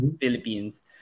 Philippines